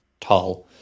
tall